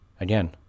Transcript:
again